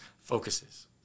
focuses